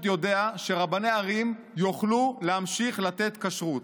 יודע שרבני ערים יוכלו להמשיך לתת כשרות.